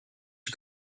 you